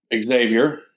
Xavier